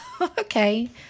Okay